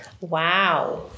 Wow